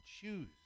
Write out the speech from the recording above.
choose